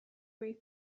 way